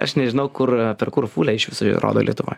aš nežinau kur per fulę iš viso jie rodo lietuvoj